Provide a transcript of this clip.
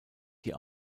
die